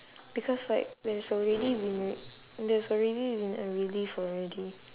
because like there's already been r~ there's already been a relief already